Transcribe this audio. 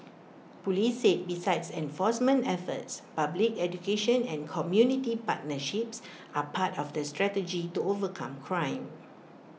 Police said besides enforcement efforts public education and community partnerships are part of the strategy to overcome crime